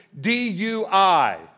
DUI